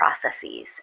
processes